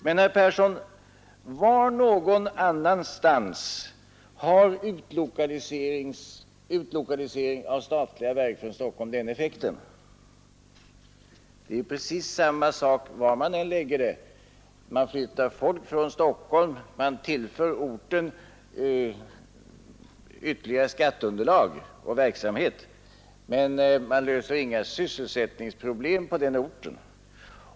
Men, herr Persson, var någon annanstans har utlokalisering av statliga verk från Stockholm den effekten? Det är precis samma sak var man än lägger dem: man flyttar folk från Stockholm och man tillför den andra orten ytterligare skatteunderlag och verksamhet, men man löser inga sysselsättningsproblem där.